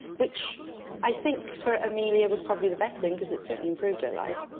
which i think for amelia was probably the best thing, because it certainly improved her life,